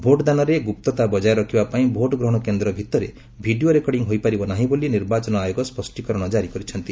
ଭୋଟ୍ଦାନରେ ଗୁପ୍ତତା ବଜାୟ ରଖିବା ପାଇଁ ଭୋଟ୍ଗ୍ରହଣ କେନ୍ଦ୍ର ଭିତରେ ଭିଡ଼ିଓ ରେକର୍ଡିଂ ହୋଇପାରିବ ନାହିଁ ବୋଲି ନିର୍ବାଚନ ଆୟୋଗ ସ୍ୱଷ୍ଟୀକରଣ ଜାରି କରିଛନ୍ତି